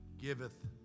giveth